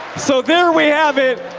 so there we have it,